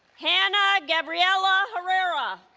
hannah gabriela herrera